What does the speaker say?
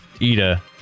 Ida